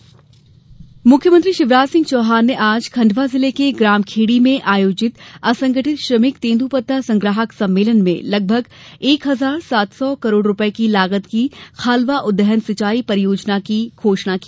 शिवराज खंडवा मुख्यमंत्री शिवराज सिंह चौहान ने आज खंडवा जिले के ग्राम खेड़ी आयोजित असंगठित श्रमिक और तेद्पत्ता संग्राहक सम्मेलन में लगभग एक हजार सात सौ करोड़ रूपये लागत की खालवा उद्वहन सिंचाई योजना की घोषणा की